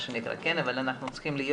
אבל אנחנו צריכים להיות